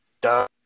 Duh